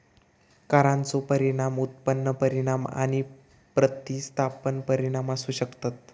करांचो परिणाम उत्पन्न परिणाम आणि प्रतिस्थापन परिणाम असू शकतत